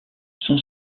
son